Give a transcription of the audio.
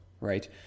right